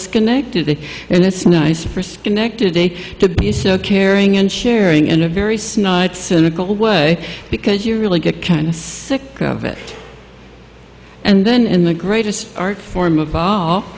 schenectady and it's nice for schenectady to be so caring and sharing in a very snide cynical way because you really get kind of sick of it and then in the greatest art form of all